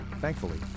Thankfully